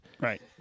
Right